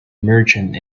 merchant